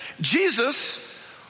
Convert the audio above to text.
Jesus